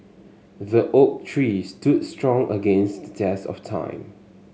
the oak tree stood strong against the test of time